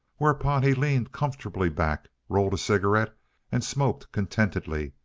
whereupon he leaned comfortably back, rolled a cigarette and smoked contentedly,